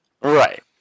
Right